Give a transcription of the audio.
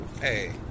Hey